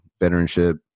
veteranship